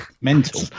mental